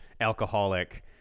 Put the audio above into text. alcoholic